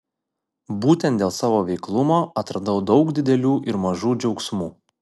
būtent dėl savo veiklumo atradau daug didelių ir mažų džiaugsmų